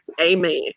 Amen